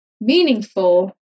meaningful